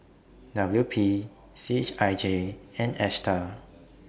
W P C H I J and ASTAR